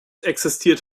existiert